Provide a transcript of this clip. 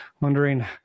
wondering